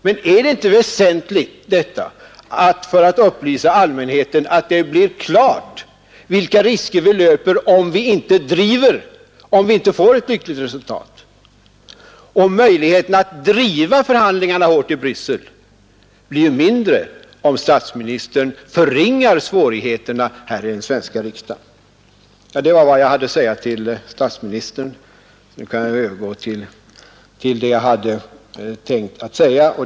Men är det inte väsentligt när det gäller att upplysa allmänheten, att det blir klart vilka risker vi löper om vi inte får en god lösning? Och möjligheterna att driva förhandlingarna hårt i Bryssel blir mindre, om statsministern förringar svårigheterna här i den svenska riksdagen. Det var vad jag hade att säga till statsministern, och nu kan jag övergå till det jag egentligen hade tänkt säga.